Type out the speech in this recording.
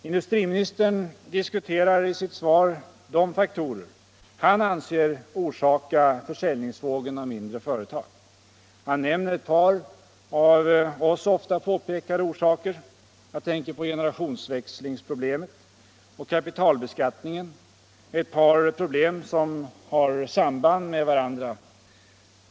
Industriministern diskuterar i sitt svar de faktorer han anser orsaka försäljningsvågen när det gäller de mindre och medelstora företagen. Han nämnde ett par av oss ofta påpekade orsaker. Jag tänkter på generationsväxlingsproblemet och kapitalbeskattningen, ett par problem som har samband med varandra.